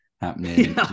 Happening